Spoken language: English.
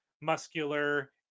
muscular